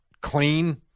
clean